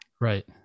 Right